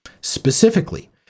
Specifically